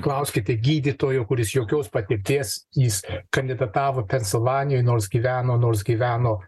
klauskite gydytojo kuris jokios patirties jis kandidatavo pensilvanijoj nors gyveno nors gyveno